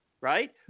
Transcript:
right